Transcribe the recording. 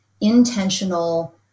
intentional